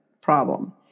problem